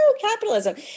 capitalism